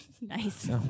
Nice